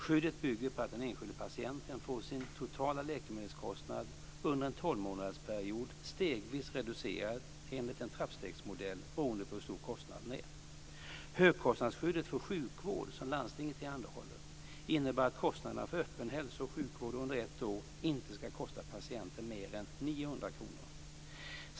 Skyddet bygger på att den enskilde patienten får sin totala läkemedelskostnad under en tolvmånadersperiod stegvis reducerad enligt en trappstegsmodell beroende på hur stor kostnaden är. Högkostnadsskyddet för sjukvård som landstinget tillhandahåller innebär att kostnaderna för öppen hälso och sjukvård under ett år inte ska kosta patienten mer än 900 kr.